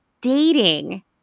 dating